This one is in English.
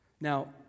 Now